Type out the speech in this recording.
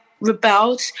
rebelled